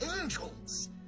Angels